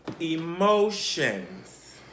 emotions